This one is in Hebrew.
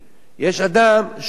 יש אדם שהוא קרוב,